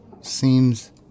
seems